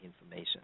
information